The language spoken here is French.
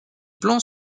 plans